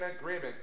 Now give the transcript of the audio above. agreement